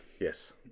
Yes